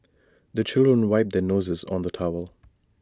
the children wipe their noses on the towel